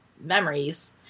memories